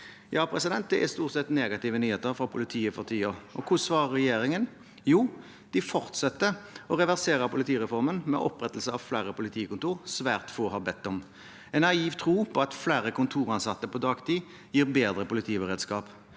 Ja, det er stort sett negative nyheter for politiet for tiden. Og hvordan svarer regjeringen? Jo, de fortsetter å reversere politireformen med opprettelse av flere politikontorer svært få har bedt om – en naiv tro på at flere kontoransatte på dagtid gir bedre politiberedskap,